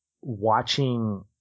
watching